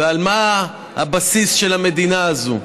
ומה הבסיס של המדינה הזאת.